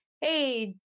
Hey